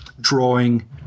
drawing